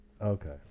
Okay